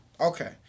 Okay